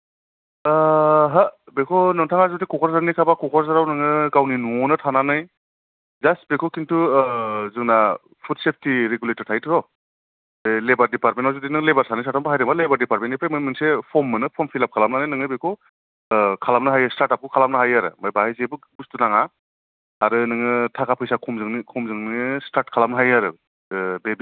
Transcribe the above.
ओ हो बेखौ नोंथांआ जुदि क'क्राझारनिखाबा क'क्राझारावनो नोङो गावनि न'आवनो थानानै जास्ट बेखौ किन्तु जोंना फुद सेफटि रेगुलेटर थायोथ बे लेबार डिपार्टमेन्ताव जुदि नोङो लेबार सानै साथाम बाहायदोंबा बेखौ लेबार डिपार्टमेन्तनिफ्राय नोङो मोनसे फर्म मोनो फर्म फिलाप खालामनानै नोङो बेखौ ओ खालामनो हायो स्टार्ट आपखौ खालामनो हायो आरो बाहाय जेबो बस्तुबो नाङा आरो नोङो थाखा फैसा खमजोंनो स्टार्ट खालामनो हायो आरो बे बिजनेसखौ